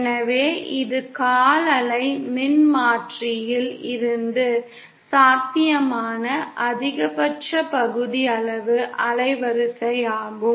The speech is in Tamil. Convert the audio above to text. எனவே இது கால் அலை மின்மாற்றியில் இருந்து சாத்தியமான அதிகபட்ச பகுதியளவு அலைவரிசை ஆகும்